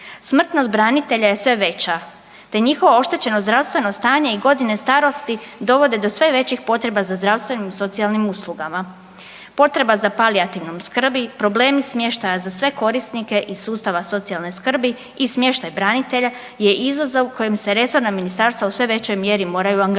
Smrtnost branitelja je sve veća, te njihovo oštećeno zdravstveno stanje i godine starosti dovode do sve većih potreba za zdravstvenim i socijalnim uslugama. Potreba za palijativnom skrbi, problemi smještaja za sve korisnike iz sustava socijalne skrbi i smještaj branitelja je izazov kojim se resorna ministarstva u sve većoj mjeri moraju angažirati.